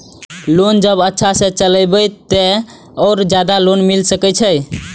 Loan जब अच्छा से चलेबे तो और ज्यादा लोन मिले छै?